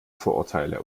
vorurteile